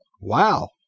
Wow